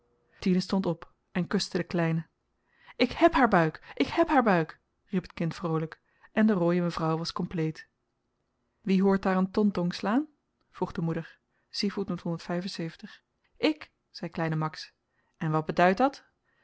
stond op en kuste den kleine ik hèb haar buik ik hèb haar buik riep t kind vroolyk en de rooie mevrouw was kompleet wie hoort daar een tontong slaan vroeg de moeder ik zei kleine max en wat beduidt dat